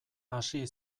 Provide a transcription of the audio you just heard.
hasi